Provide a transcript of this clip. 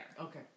Okay